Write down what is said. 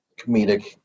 comedic